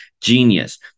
genius